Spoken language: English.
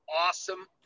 awesome